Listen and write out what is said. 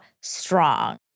strong